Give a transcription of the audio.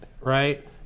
right